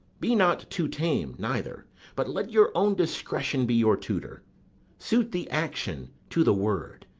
be not too tame neither but let your own discretion be your tutor suit the action to the word,